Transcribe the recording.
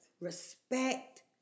Respect